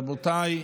רבותיי,